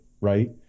right